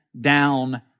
down